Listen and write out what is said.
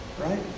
right